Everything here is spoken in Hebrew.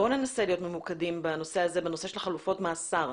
בואו ננסה להיות ממוקדים בנושא של חלופות מאסר.